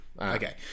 Okay